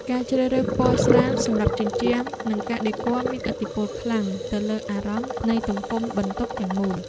ការជ្រើសរើសពណ៌ស្រាលសម្រាប់ជញ្ជាំងនិងការដេគ័រមានឥទ្ធិពលខ្លាំងទៅលើអារម្មណ៍នៃទំហំបន្ទប់ទាំងមូល។